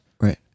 Right